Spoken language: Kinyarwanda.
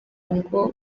ngo